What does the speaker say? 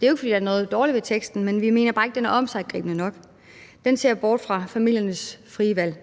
Det er jo ikke, fordi der er noget dårligt ved teksten, men vi mener bare ikke, den er omsiggribende nok; den ser bort fra familiernes frie valg.